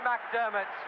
McDermott